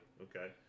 okay